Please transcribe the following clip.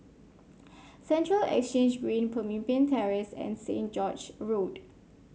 Central Exchange Green Pemimpin Terrace and St George's Road